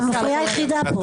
את המפריעה היחידה פה.